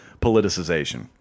politicization